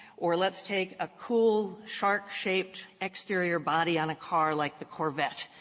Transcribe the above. or let's take a cool, shark-shaped exterior body on a car like the corvette.